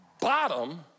bottom